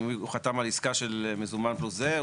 אם הוא חתם על עסקה של מזומן פלוס זה,